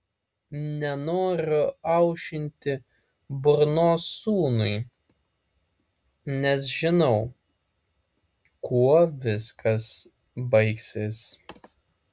nenoriu aušinti burnos sūnui nes žinau kuo viskas baigsis